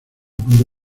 punto